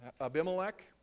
Abimelech